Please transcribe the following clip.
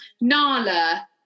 Nala